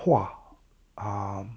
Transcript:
!wah! um